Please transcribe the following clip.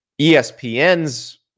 ESPN's